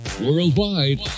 worldwide